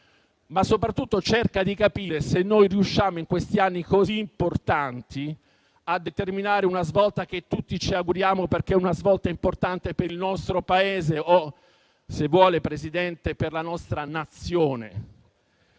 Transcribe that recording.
ma soprattutto cerca di capire se, in questi anni così importanti, riusciamo a determinare una svolta che tutti ci auguriamo, perché è importante per il nostro Paese o - se vuole, Presidente - per la nostra Nazione.